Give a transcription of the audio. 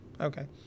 okay